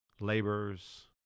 laborers